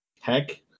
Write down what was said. heck